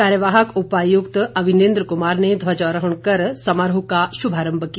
कार्यवाहक उपायुक्त अवनिन्द्र कुमार ने ध्वजारोहण कर समारोह का शुभारंभ किया